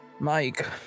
Mike